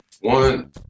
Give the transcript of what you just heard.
one